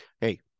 Hey